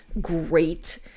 great